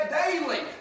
daily